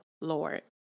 Lord